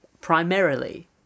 primarily